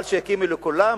אבל שיקימו לכולם,